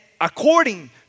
according